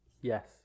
Yes